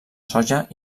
soja